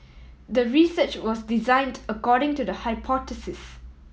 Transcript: the research was designed according to the hypothesis